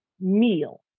meal